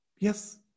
Yes